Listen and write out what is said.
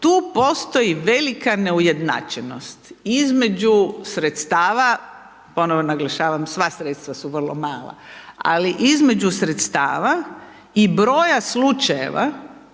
Tu postoji velika neujednačenost, između sredstava ponovno naglašavam sva sredstva su vrlo mala, ali između sredstava i broja slučajeva,